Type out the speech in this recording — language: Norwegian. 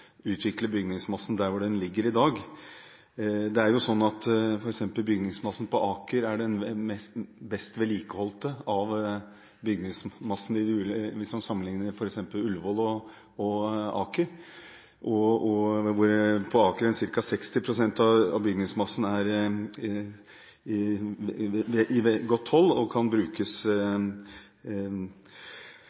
utvikle bygningsmassen der den ligger i dag. Det er sånn at bygningsmassen på Aker er den best vedlikeholdte hvis man sammenlikner Ullevål og Aker, og ca. 60 pst. av bygningsmassen på Aker er i god stand og kan brukes